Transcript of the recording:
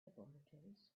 laboratories